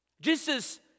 Jesus